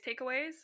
takeaways